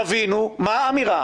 תבינו מה אמירה